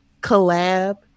collab